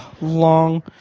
long